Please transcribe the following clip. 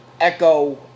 echo